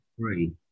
free